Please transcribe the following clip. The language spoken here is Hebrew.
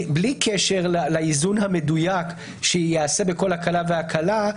בלי קשר לאיזון המדויק שייעשה בכל הקלה והקלה,